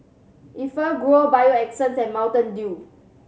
Enfagrow Bio Essence and Mountain Dew